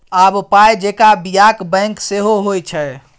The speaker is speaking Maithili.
आब पाय जेंका बियाक बैंक सेहो होए छै